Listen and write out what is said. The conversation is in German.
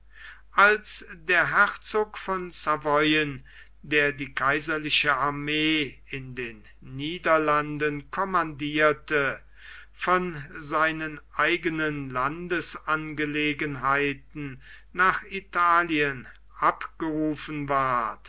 als der herzog von savoyen der die kaiserliche armee in den niederlanden kommandierte von seinen eigenen landesangelegenheiten nach italien abgerufen ward